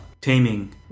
taming